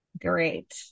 great